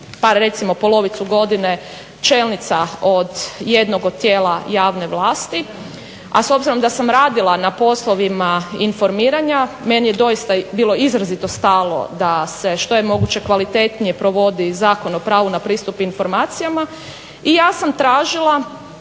recimo polovicu godine čelnica od jednog od tijela javne vlasti a s obzirom da sam radila na poslovima informiranja meni je doista bilo izrazito stalo da se što je moguće kvalitetnije provodi Zakon o pravu na pristup informacijama i ja sam tražila